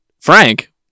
Frank